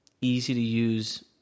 easy-to-use